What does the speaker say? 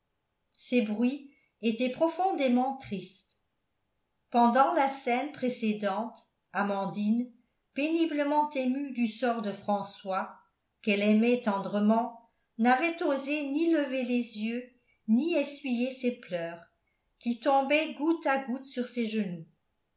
ces bruits étaient profondément tristes pendant la scène précédente amandine péniblement émue du sort de françois qu'elle aimait tendrement n'avait osé ni lever les yeux ni essuyer ses pleurs qui tombaient goutte à goutte sur ses genoux